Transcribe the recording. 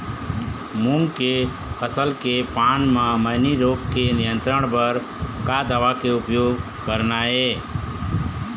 मूंग के फसल के पान म मैनी रोग के नियंत्रण बर का दवा के उपयोग करना ये?